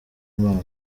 imana